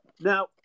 Now